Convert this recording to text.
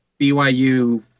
BYU